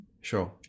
Sure